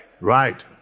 Right